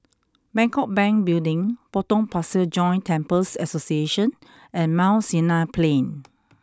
Bangkok Bank Building Potong Pasir Joint Temples Association and Mount Sinai Plain